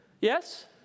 Yes